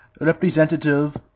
representative